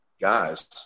guys